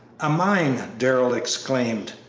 a mine! darrell exclaimed.